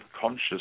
conscious